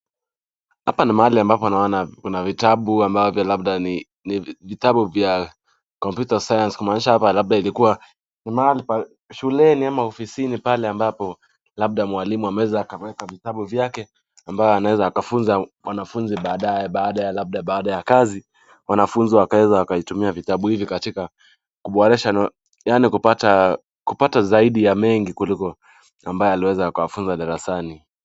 Hapa ni mahali ambapo naona kuna vitabu ambavyo labda, ni vitabu vya computer science kumaanisha hapa labda ilikuwa ni shuleni ama ofisini ambapo labda mwalimu ameweka vitabu vyake, ambayo anaweza akafunza mwanafunzi baadaye, baada ya kazi , wanafunzi wakaweza wakavitumia vitabu hivi katika kuboresha kupata zaidi ya mengi kuliko ambalo aliweza kuwafunza darasani.